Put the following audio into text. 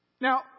Now